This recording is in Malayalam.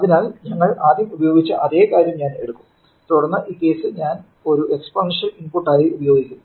അതിനാൽ ഞങ്ങൾ ആദ്യം ഉപയോഗിച്ച അതേ കാര്യം ഞാൻ എടുക്കും തുടർന്ന് ഈ കേസ് ഞാൻ ഒരു എക്സ്പോണൻഷ്യൽ ഇൻപുട്ടായി ഉപയോഗിക്കും